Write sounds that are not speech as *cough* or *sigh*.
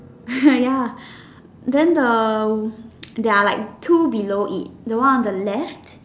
*noise* ya than the *noise* their like two below it the one on the left